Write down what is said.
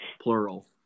plural